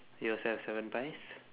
you also have seven pies